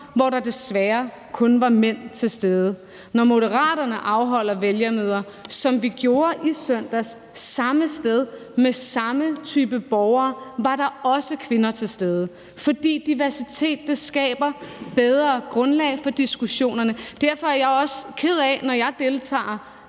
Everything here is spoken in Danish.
hvor der desværre kun var mænd til stede. Når Moderaterne afholder vælgermøder, som vi gjorde i søndags samme sted med samme type borgere, var der også kvinder til stede. For diversitet skaber bedre grundlag for diskussionerne. Derfor er jeg også ked af det, når jeg deltager